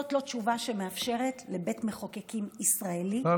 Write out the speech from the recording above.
זאת לא תשובה שמאפשרת לבית מחוקקים ישראלי לבטל סעיף בחוק,